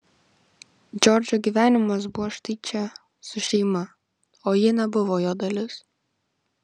džordžo gyvenimas buvo štai čia su šeima o ji nebuvo jo dalis